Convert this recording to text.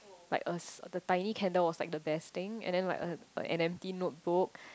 like a the tiny candle was like the best thing and then like a an empty note book